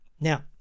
Now